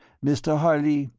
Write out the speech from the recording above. mr. harley,